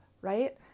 right